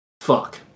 Fuck